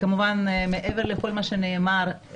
מעבר לכל מה שנאמר,